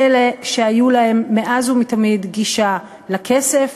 אלה שהייתה להם מאז ומתמיד גישה לכסף,